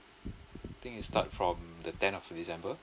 I think it start from the tenth of december